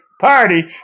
Party